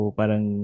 parang